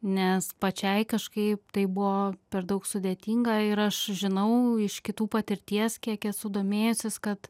nes pačiai kažkaip tai buvo per daug sudėtinga ir aš žinau iš kitų patirties kiek esu domėjusis kad